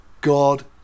God